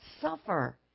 suffer